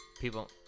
People